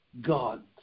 God